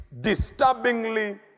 disturbingly